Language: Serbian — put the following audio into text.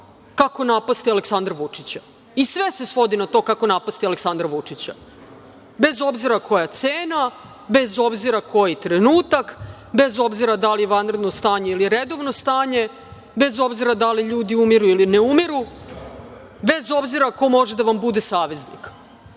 kako napasti Aleksandra Vučića i sve se svodi na to kako napasti Aleksandra Vučića, bez obzira koja je cena, bez obzira koji trenutak, bez obzira da li je vanredno stanje ili je redovno stanje, bez obzira da li ljudi umiru ili ne umiru, bez obzira ko može da vam bude saveznik.